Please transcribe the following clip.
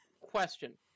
question